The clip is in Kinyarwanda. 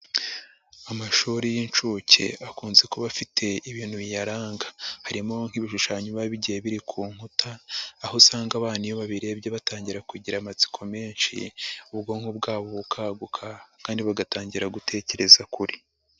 Amashuri y'inshuke akunze kuba afite ibintu biyaranga, harimo nk'ibishushanyoba bigiye biri ku nkuta, aho usanga abana iyo babirebye batangira kugira amatsiko menshi, ubwonko bwabo bukaguka kandi bagatangira gutekereza kure.